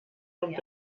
kommt